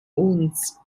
uns